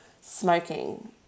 Smoking